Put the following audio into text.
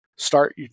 Start